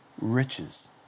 riches